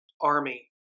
army